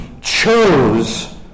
chose